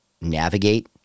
navigate